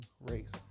race